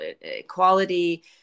equality